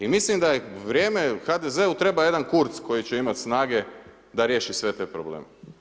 I mislim da je vrijeme, HDZ-u treba jedan Kurtz koji će imati snage da riješi sve te probleme.